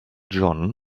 john